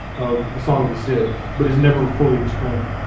of the song of the cid but is never fully explained.